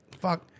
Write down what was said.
Fuck